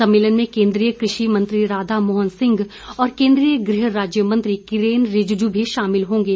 सम्मेलन में केंद्रीय कृषि मंत्री राधा मोहन सिंह और केंद्रीय गृह राज्य मंत्री किरेन रिजिजू मी शामिल होंगे